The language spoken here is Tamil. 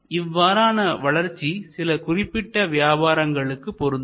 இவ்வாறான வளர்ச்சி சில குறிப்பிட்ட வியாபாரங்களும் பொருந்தும்